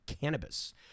cannabis